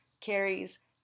carries